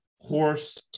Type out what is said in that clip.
horse